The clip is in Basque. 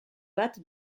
bat